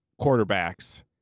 quarterbacks